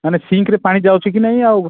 ମାନେ ସିଙ୍କରେ ପାଣି ଯାଉଛି କି ନାହିଁ ଆଉ